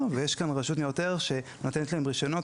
ויש כאן את רשות ניירות ערך שנותנת להם רישיונות,